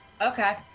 Okay